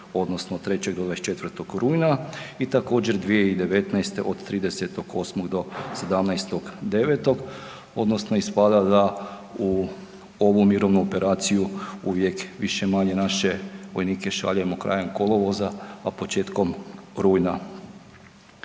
odnosno 3. do 24. rujna i također 2019. od 30.08. do 17. 09. odnosno ispada da u ovu mirovnu operaciju uvijek više-manje naše vojnike šaljemo krajem kolovoza, a početkom rujna.